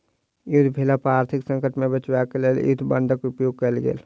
युद्ध भेला पर आर्थिक संकट सॅ बचाब क लेल युद्ध बांडक उपयोग कयल गेल